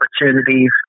opportunities